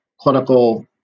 clinical